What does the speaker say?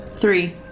Three